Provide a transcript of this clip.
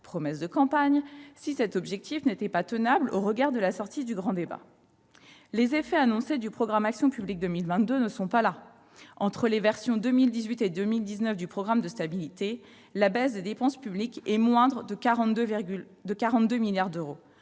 promesse de campagne !-, s'il n'était pas tenable au regard de la sortie du grand débat. Les effets annoncés du programme Action publique 2022 ne sont pas là : entre les versions 2018 et 2019 du programme de stabilité, la baisse des dépenses publiques est moindre de 42 milliards d'euros.